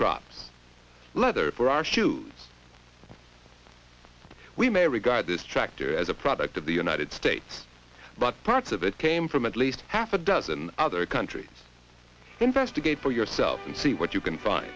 crops leather for our shoes we may regard this tractor as a product of the united states but parts of it came from at least half a dozen other countries investigate for yourself and see what you can find